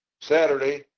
Saturday